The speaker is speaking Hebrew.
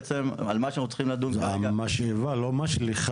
מה שאנחנו צריכים לדון עליו כרגע --- המשאבה לא משליכה